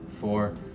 four